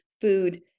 food